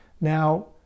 Now